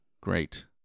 Great